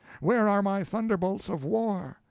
where are my thunderbolts of war?